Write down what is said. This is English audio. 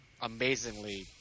amazingly